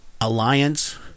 alliance